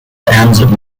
and